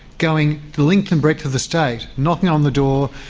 going the length and breadth of the state, knocking on the door,